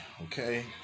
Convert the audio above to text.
Okay